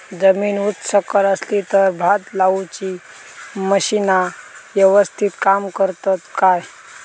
जमीन उच सकल असली तर भात लाऊची मशीना यवस्तीत काम करतत काय?